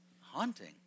Haunting